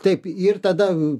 taip ir tada